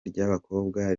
ry’abakobwa